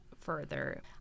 further